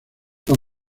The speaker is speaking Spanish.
los